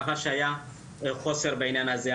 ככה שהיה חוסר בעניין הזה,